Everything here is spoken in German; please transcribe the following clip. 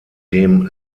dem